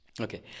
Okay